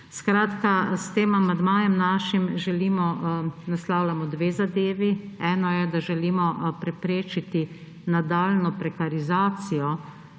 S tem našim amandmajem naslavljamo dve zadevi. Ena je, da želimo preprečiti nadaljnjo prekarizacijo